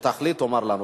כשתחליט תאמר לנו.